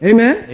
Amen